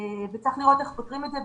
וצריך לראות איך פותרים את זה.